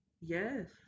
Yes